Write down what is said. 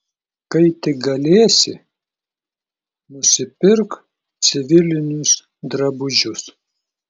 kai tik galėsi nusipirk civilinius drabužius